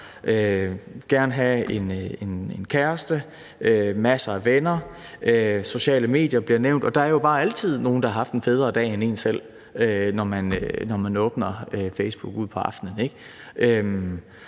gerne skal have en kæreste og masser af venner. Sociale medier bliver nævnt, og der er jo bare altid nogle, der har haft en federe dag end en selv, når man åbner Facebook ud på aftenen,